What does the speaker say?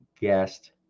guest